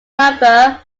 number